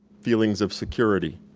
feelings of security.